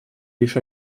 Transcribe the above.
лишь